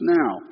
now